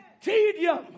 Tedium